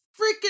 freaking